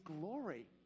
glory